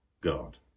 God